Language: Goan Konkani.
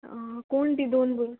कोण ती दोन बू